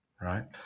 right